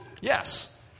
yes